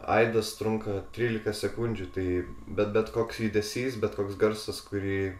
aidas trunka trylika sekundžių tai bet bet koks judesys bet koks garsas kurį